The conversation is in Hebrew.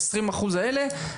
העשרים אחוז האלה,